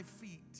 feet